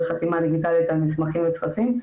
כולל חתימה דיגיטלית על מסמכים וטפסים,